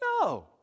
No